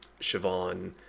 Siobhan